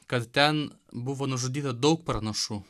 kad ten buvo nužudyta daug pranašų